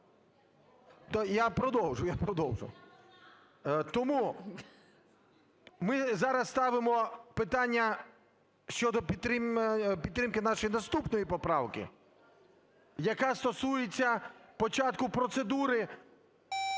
я продовжу, я продовжу. Тому ми зараз ставимо питання щодо підтримки нашої наступної поправки, яка стосується початку процедури